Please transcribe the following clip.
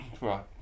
right